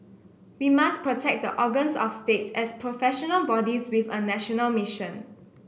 we must protect the organs of state as professional bodies with a national mission